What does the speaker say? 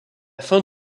fin